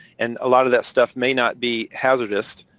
and a lot of that stuff may not be hazardous.